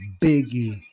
Biggie